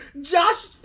Josh